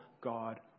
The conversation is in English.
God